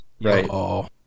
Right